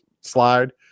slide